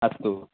अस्तु